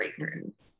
breakthroughs